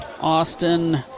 Austin